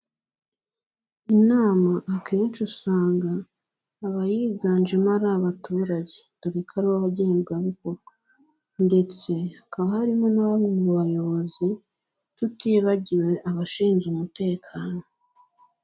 Inama akenshi usanga abayiganjemo ari abaturage, dore ko aribo ngenerwabikorwa ndetse hakaba harimo na bamwe mu bayobozi, tutibagiwe abashinzwe umutekano.